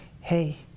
hey